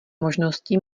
možnosti